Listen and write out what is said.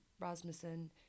Rasmussen